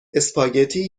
اسپاگتی